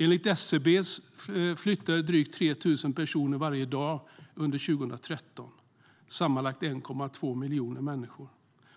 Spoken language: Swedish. Enligt SCB flyttade drygt 3 000 personer varje dag under 2013, totalt 1,2 miljoner människor.